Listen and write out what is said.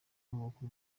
inkomoko